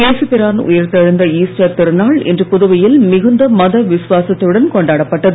ஏசுபிரான் உயிர்த்தெழுந்த ஈஸ்டர் திருநாள் இன்று புதுவையில் மிகுந்த மத விஸ்வாசத்துடன் கொண்டாடப் பட்டது